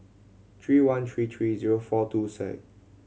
three one three three zero four two